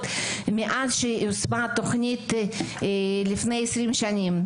מאז שהתוכנית יושמה לפני עשרים שנים.